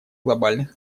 глобальных